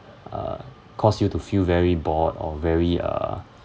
uh cause you to feel very bored or very err